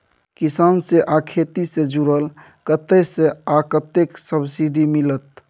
किसान से आ खेती से जुरल कतय से आ कतेक सबसिडी मिलत?